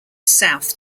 south